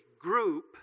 group